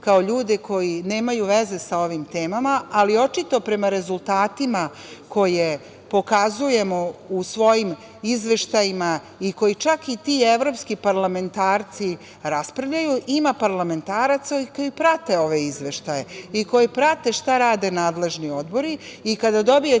kao ljude koji nemaju veze sa ovim temama, ali očito prema rezultatima koje pokazujemo u svojim izveštajima i koje čak i ti evropski parlamentarci raspravljaju, ima parlamentaraca koji prate ove izveštaje i koji prate šta rade nadležni odbori i kada dobijete